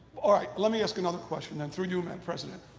all right, le me ask another question then. through you madam president.